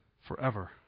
forever